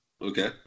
Okay